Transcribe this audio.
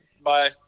Bye